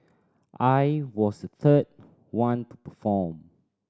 I was the third one to perform